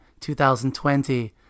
2020